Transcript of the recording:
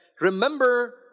Remember